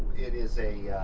it is a.